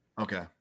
okay